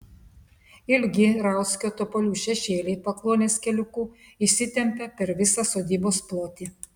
ilgi rauckio topolių šešėliai pakluonės keliuku išsitempia per visą sodybos plotį